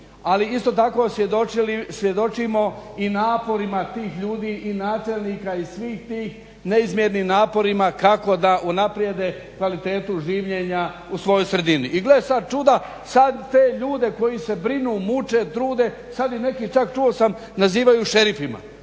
ali isto tako svjedočimo i naporima tih ljudi i načelnika i svih tih neizmjernim naporima kako da unaprijede kvalitetu življenja u svojoj sredini. I gle sad čuda, sad te ljude koji se brinu, muče, trude, sad ih neki čak čuo sam nazivaju šerifima.